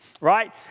right